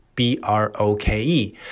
B-R-O-K-E